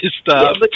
stop